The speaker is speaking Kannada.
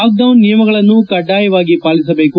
ಲಾಕ್ ಡೌನ್ ನಿಯಮಗಳನ್ನು ಕಡ್ಡಾಯವಾಗಿ ಪಾಲಿಸಬೇಕು